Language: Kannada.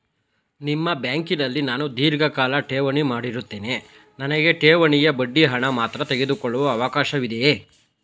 ನಿಮ್ಮ ಬ್ಯಾಂಕಿನಲ್ಲಿ ನಾನು ಧೀರ್ಘಕಾಲ ಠೇವಣಿ ಮಾಡಿರುತ್ತೇನೆ ನನಗೆ ಠೇವಣಿಯ ಬಡ್ಡಿ ಹಣ ಮಾತ್ರ ತೆಗೆದುಕೊಳ್ಳುವ ಅವಕಾಶವಿದೆಯೇ?